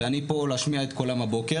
ואני פה להשמיע את קולם הבוקר.